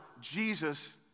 Jesus